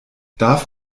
darf